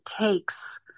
takes